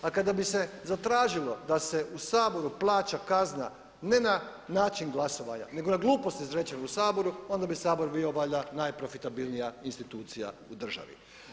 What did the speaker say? A kada bi se zatražilo da se u Saboru plaća kazna ne na način glasovanja, nego na gluposti izrečene u Saboru onda bi Sabor bio valjda najprofitabilnija institucija u državi.